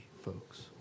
folks